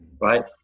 right